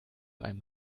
einem